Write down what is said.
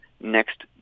next